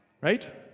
Right